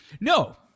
no